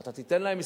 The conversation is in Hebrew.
אתה תיתן להם,